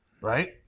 Right